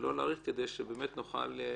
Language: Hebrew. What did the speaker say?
ולא להאריך כדי שבאמת נוכל להתקדם,